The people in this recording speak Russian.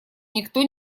никто